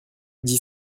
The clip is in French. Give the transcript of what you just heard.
dit